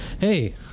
Hey